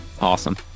awesome